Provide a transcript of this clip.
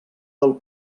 del